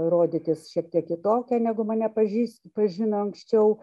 rodytis šiek tiek kitokia negu mane pažįsti pažino anksčiau